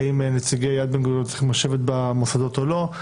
האם נציגי יד בן-גוריון צריכים לשבת במוסדות או לא.